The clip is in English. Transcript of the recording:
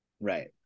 Right